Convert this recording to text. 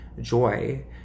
joy